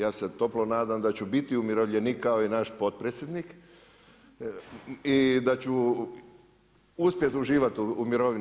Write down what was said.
Ja se toplo nadam da ću biti umirovljenik kao i naš potpredsjednik i da ću uspjeti uživati u mirovini.